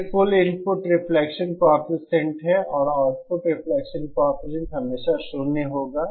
यह कुल input reflection coefficient है और आउटपुट रिफ्लेक्शन कॉएफिशिएंट हमेशा शून्य होगा